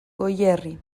goierri